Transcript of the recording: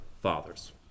fathers